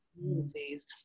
communities